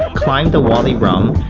climbing the wadi rum,